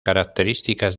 características